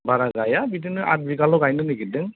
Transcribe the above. बारा गाया बिदिनो आद बिगाल' गायनो निगेरदों